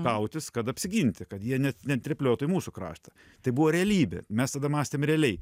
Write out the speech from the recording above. kautis kad apsiginti kad jie ne neatrėpliotų į mūsų kraštą tai buvo realybė mes tada mąstėm realiai